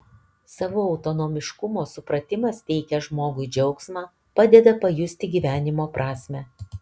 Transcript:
savo autonomiškumo supratimas teikia žmogui džiaugsmą padeda pajusti gyvenimo prasmę